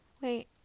Wait